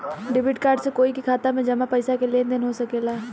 debit card से कोई के खाता में जामा पइसा के लेन देन हो सकेला